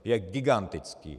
Je gigantický!